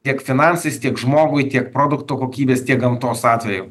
tiek finansais tiek žmogui tiek produktų kokybės tiek gamtos atveju